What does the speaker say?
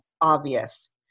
obvious